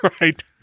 right